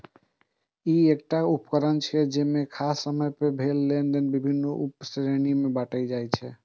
ई एकटा उकरण छियै, जे एक खास समय मे भेल लेनेदेन विभिन्न उप श्रेणी मे बांटै छै